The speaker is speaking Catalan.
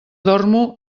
dormo